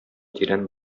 тирән